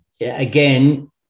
again